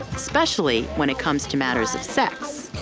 especially when it comes to matters of sex.